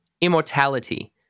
immortality